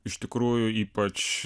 iš tikrųjų ypač